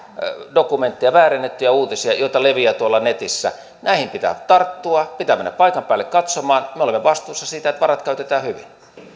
dokumentteja väärennettyjä uutisia joita leviää netissä näihin pitää tarttua pitää mennä paikan päälle katsomaan me olemme vastuussa siitä että varat käytetään hyvin